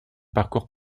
parcours